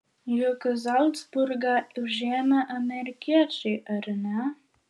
juk zalcburgą užėmė amerikiečiai ar ne